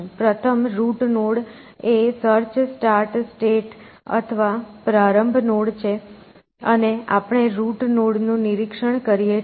પ્રથમ root node એ search start state અથવા પ્રારંભ નોડ છે અને આપણે રૂટ નોડ નું નિરીક્ષણ કરીએ છીએ